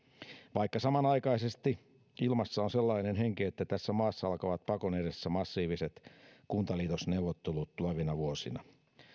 vaikka samanaikaisesti ilmassa on sellainen henki että tässä maassa alkavat pakon edessä massiiviset kuntaliitosneuvottelut tulevina vuosina